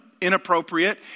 inappropriate